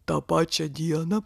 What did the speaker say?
tą pačią dieną